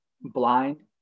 blind